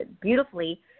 beautifully